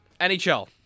NHL